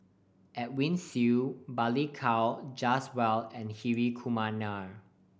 Edwin Siew Balli Kaur Jaswal and Hri Kumar Nair